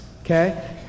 okay